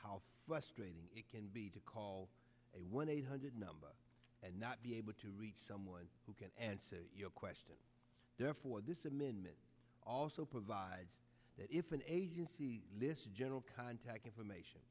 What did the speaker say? how frustrating it can be to call a one eight hundred number and not be able to reach someone who can answer your question therefore this amendment also provides that if an agency lists general contact information